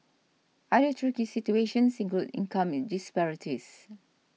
other tricky situations include income in disparities